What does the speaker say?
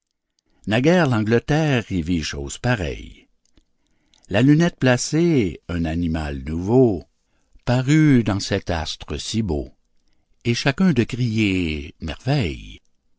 éléphant naguère l'angleterre y vit chose pareille la lunette placée un animal nouveau parut dans cet astre si beau et chacun de crier merveille